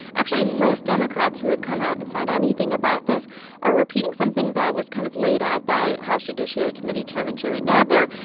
actually, most democrats who have come out and said anything about this are repeating something that was kind of laid out by house judiciary committee chairman jerry nadler.